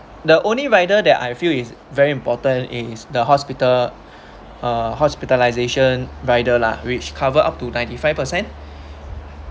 the only rider that I feel is very important is the hospital uh hospitalisation rider lah which cover up to ninety five percent